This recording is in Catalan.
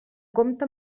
compte